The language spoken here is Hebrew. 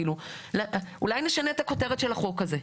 כאילו, אולי נשנה את הכותרת של החוק הזה?